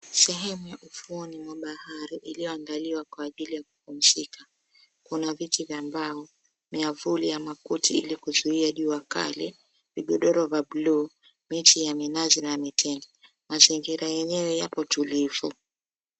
Sehemu ufo mwa bahari iloandaliwa kwa ajili ya kupumzika kuna viti vya mbao miavuli ya makuti ili kuzuia jua kali vigodoro vya bluu miti ya minazi na mitende mazingira yenyewe yapo tulivu.